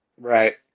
Right